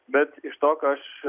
bet iš to ką aš